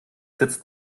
sitzt